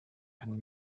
and